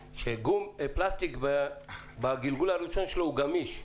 שפלסטיק בגלגול הראשון שלו הוא גמיש,